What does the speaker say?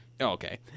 Okay